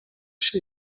się